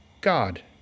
God